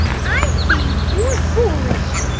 i think you're boorish,